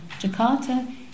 Jakarta